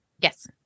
Yes